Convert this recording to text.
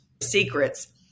secrets